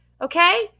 Okay